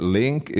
link